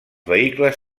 vehicles